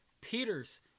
Peter's